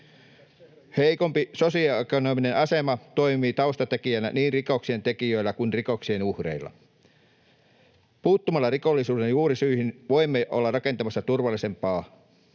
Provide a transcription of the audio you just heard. Heikompi sosioekonominen asema toimii taustatekijänä niin rikoksien tekijöillä kuin rikoksien uhreilla. Puuttumalla rikollisuuden juurisyihin voimme olla rakentamassa turvallisempaa